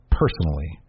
personally